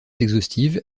exhaustive